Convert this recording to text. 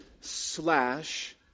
slash